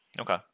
Okay